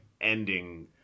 ending